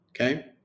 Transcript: okay